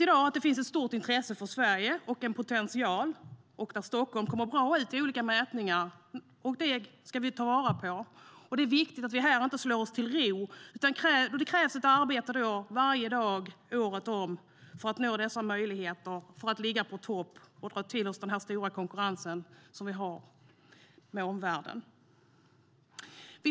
Vi vet att det finns ett stort intresse för och en potential i Sverige. Stockholm kommer bra ut i olika mätningar, och det ska vi ta vara på. Det är viktigt att vi inte slår oss till ro; det krävs ett arbete varje dag, året om för att nå dessa möjligheter, ligga på topp och hävda oss i den stora konkurrens vi har med omvärlden.